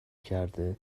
کرده